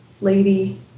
lady